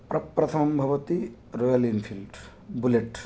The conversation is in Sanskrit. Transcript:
प्रथमं भवति रायल् इन्फ़िल्ट् बुलेट्